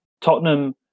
Tottenham